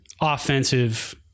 offensive